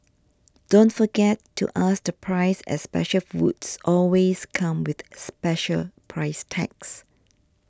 don't forget to ask the price as special foods always come with special price tags